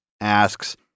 asks